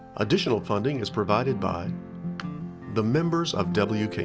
additional funding is provided by the members of